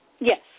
Yes